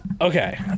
okay